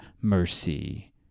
mercy